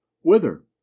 Whither